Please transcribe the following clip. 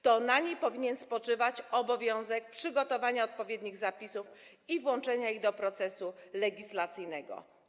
To na takiej komisji powinien spoczywać obowiązek przygotowania odpowiednich zapisów i włączenia ich do procesu legislacyjnego.